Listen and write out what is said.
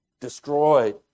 destroyed